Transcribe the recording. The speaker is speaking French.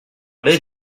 parler